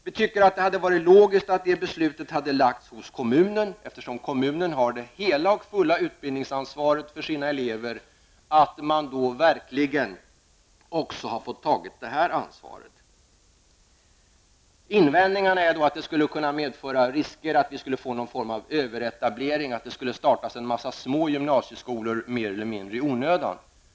Vi tycker alltså att det hade varit logiskt om det beslutet hade fått fattas av kommunen, som ju helt och fullt har utbildningsansvaret för sina elever. Man borde därför verkligen också ha fått ta ansvar i detta avseende. En invändning är att detta skulle kunna medföra risker, att vi skulle kunna få någon form av överetablering och att en mängd små gymnasieskolor skulle startas mer eller mindre i onödan.